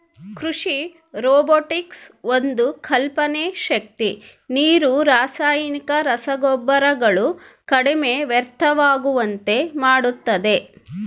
ಕೃಷಿ ರೊಬೊಟಿಕ್ಸ್ ಒಂದು ಕಲ್ಪನೆ ಶಕ್ತಿ ನೀರು ರಾಸಾಯನಿಕ ರಸಗೊಬ್ಬರಗಳು ಕಡಿಮೆ ವ್ಯರ್ಥವಾಗುವಂತೆ ಮಾಡುತ್ತದೆ